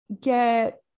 get